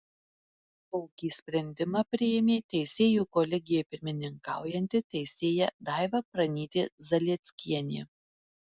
tokį sprendimą priėmė teisėjų kolegijai pirmininkaujanti teisėja daiva pranytė zalieckienė